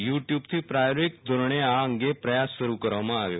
you tube પર પ્રાયોગિક ધોરણે આ અંગે પ્રયાસ શરૂ કરવામાં આવ્યો